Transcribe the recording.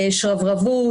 שרברבות,